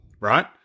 right